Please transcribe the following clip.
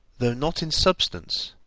though not in substance,